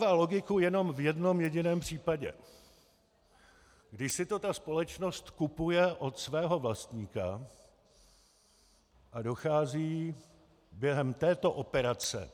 To dává logiku jenom v jednom jediném případě, kdy si to ta společnost kupuje od svého vlastníka a dochází během této operace...